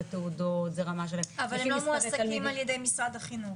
זה רמה של --- אבל הם לא מועסקים על ידי משרד החינוך.